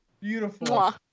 beautiful